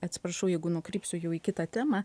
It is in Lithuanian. atsiprašau jeigu nukrypsiu jau į kitą temą